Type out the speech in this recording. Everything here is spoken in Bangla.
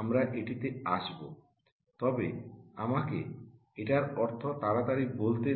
আমরা এটিতে আসব তবে আমাকে এটার অর্থ তাড়াতাড়ি বলতে দিন